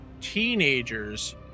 teenagers